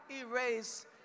erase